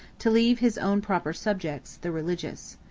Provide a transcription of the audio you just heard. to leave his own proper subjects, the religious.